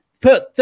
Put